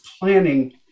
planning